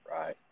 Right